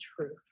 truth